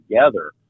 together